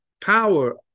power